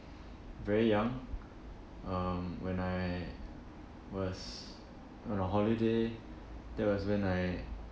very young um when I was on a holiday that was when I